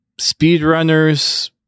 speedrunners